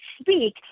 speak